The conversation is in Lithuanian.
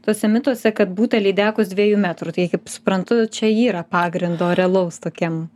tuose mituose kad būta lydekos dviejų metrų tai kaip suprantu čia yra pagrindo realaus tokiem